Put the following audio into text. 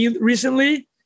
recently